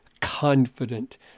confident